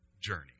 journey